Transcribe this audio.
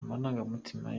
amarangamutima